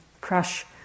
crush